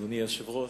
אדוני היושב-ראש,